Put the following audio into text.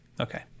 okay